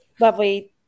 lovely